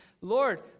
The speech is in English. Lord